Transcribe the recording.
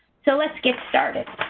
so let's get started.